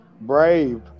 brave